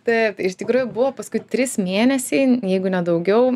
taip iš tikrųjų buvo paskui trys mėnesiai jeigu ne daugiau